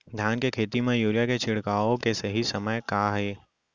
धान के खेती मा यूरिया के छिड़काओ के सही समय का हे?